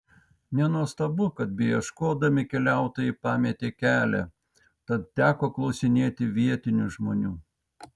nenuostabu kad beieškodami keliautojai pametė kelią tad teko klausinėti vietinių žmonių